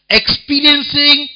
experiencing